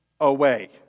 away